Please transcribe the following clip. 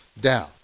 down